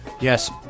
Yes